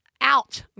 out